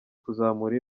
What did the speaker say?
kuzamura